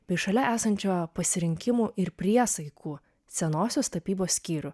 bei šalia esančio pasirinkimų ir priesaikų senosios tapybos skyrių